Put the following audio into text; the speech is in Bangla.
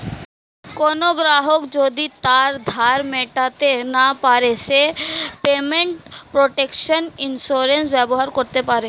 কোনো গ্রাহক যদি তার ধার মেটাতে না পারে সে পেমেন্ট প্রটেকশন ইন্সুরেন্স ব্যবহার করতে পারে